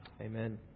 Amen